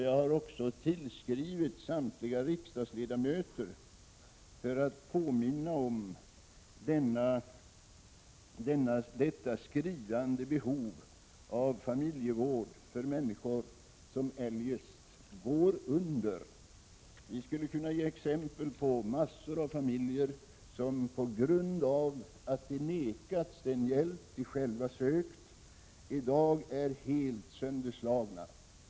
Jag har också tillskrivit samtliga riksdagsledamöter för att påminna om detta skriande behov av familjevård för människor som eljest går under. Vi skulle kunna ge exempel på massor av familjer som på grund av att de vägrats den hjälp de själva har sökt i dag är helt sönderslagna.